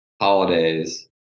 holidays